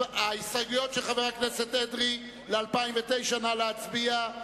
ההסתייגויות של חבר הכנסת אדרי ל-2009, נא להצביע.